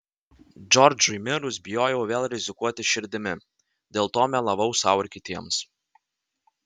džordžui mirus bijojau vėl rizikuoti širdimi dėl to melavau sau ir kitiems